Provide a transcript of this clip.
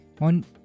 on